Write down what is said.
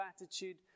attitude